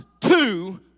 two